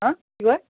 হাঁ কি কয়